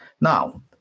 Now